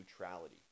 neutrality